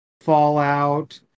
fallout